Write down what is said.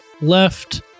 left